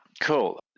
Cool